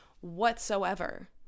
whatsoever